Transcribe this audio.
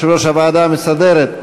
יושב-ראש הוועדה המסדרת,